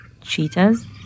cheetahs